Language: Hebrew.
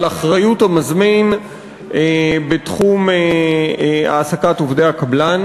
אחריות המזמין בתחום העסקת עובדי הקבלן,